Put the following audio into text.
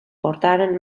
portaren